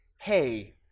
hey